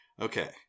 Okay